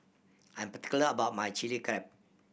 I am particular about my Chili Crab